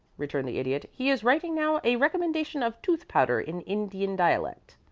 returned the idiot. he is writing now a recommendation of tooth-powder in indian dialect.